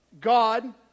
God